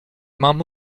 mam